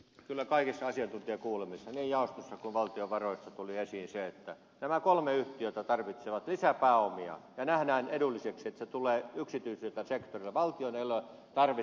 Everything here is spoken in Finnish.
kyllä kaikissa asiantuntijakuulemisissa niin jaostossa kuin valtiovaroissa tuli esiin se että nämä kolme yhtiötä tarvitsevat lisäpääomia ja nähdään edulliseksi että ne tulevat yksityiseltä sektorilta valtion ei ole tarvis sijoittaa sinne